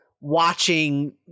watching